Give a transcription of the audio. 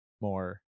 more